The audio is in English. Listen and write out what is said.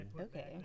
Okay